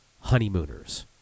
honeymooners